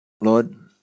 Lord